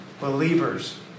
believers